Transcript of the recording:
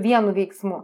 vienu veiksmu